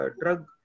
drug